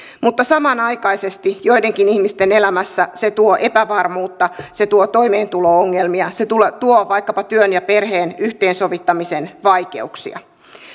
mutta samanaikaisesti joidenkin ihmisten elämässä se tuo epävarmuutta se tuo toimeentulo ongelmia se tuo vaikkapa työn ja perheen yhteensovittamisen vaikeuksia